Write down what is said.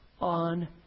on